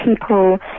people